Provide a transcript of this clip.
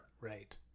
right